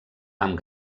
amb